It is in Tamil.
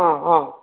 ஆ ஆ